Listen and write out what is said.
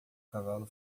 cavalo